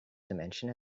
dimension